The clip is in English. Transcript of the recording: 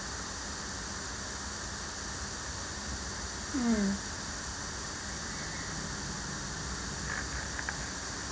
mm